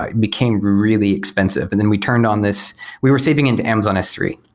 became really expensive. and then we turned on this we were saving into amazon s three.